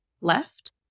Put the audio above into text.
left